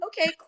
Okay